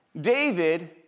David